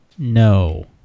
No